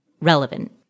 relevant